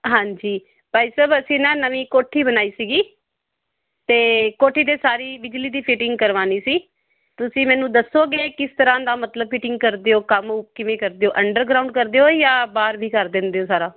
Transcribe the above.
ਹਾਂਜੀ ਭਾਈ ਸਾਹਿਬ ਅਸੀਂ ਨਾ ਨਵੀਂ ਕੋਠੀ ਬਣਾਈ ਸੀਗੀ ਅਤੇ ਕੋਠੀ ਦੇ ਸਾਰੀ ਬਿਜਲੀ ਦੀ ਫਿਟਿੰਗ ਕਰਵਾਉਣੀ ਸੀ ਤੁਸੀਂ ਮੈਨੂੰ ਦੱਸੋਗੇ ਕਿਸ ਤਰ੍ਹਾਂ ਦਾ ਮਤਲਵ ਫਿਟਿੰਗ ਕਰਦੇ ਹੋ ਕੰਮ ਉਹ ਕਿਵੇਂ ਕਰਦੇ ਹੋ ਅੰਡਰਗਰਾਊਂਡ ਕਰਦੇ ਹੋ ਜਾਂ ਬਾਹਰ ਵੀ ਕਰ ਦਿੰਦੇ ਹੋ ਸਾਰਾ